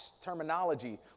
terminology